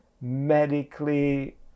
medically